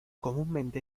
comúnmente